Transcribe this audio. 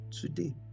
today